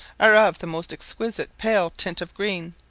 are of the most exquisite pale tint of green,